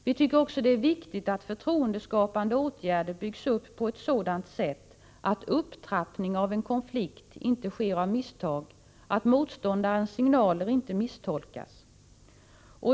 Vi tycker också att det är viktigt att förtroendeskapande åtgärder byggs upp på ett sådant sätt att upptrappning av en konflikt inte sker av misstag och att motståndarens signaler inte misstolkas.